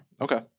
Okay